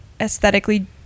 aesthetically